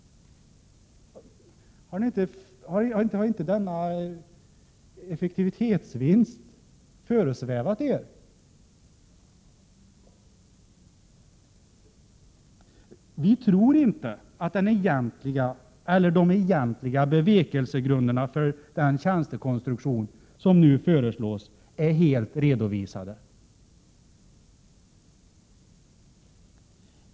Har inte denna effektivitetsvinst föresvävat er? Vi tror inte att de egentliga bevekelsegrunderna för den tjänstekonstruktion som nu föreslås är helt redovisade.